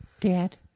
Dad